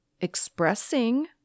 expressing